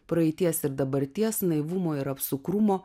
praeities ir dabarties naivumo ir apsukrumo